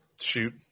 Shoot